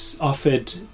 offered